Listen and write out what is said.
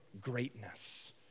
greatness